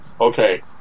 okay